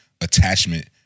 attachment